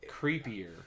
creepier